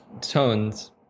tones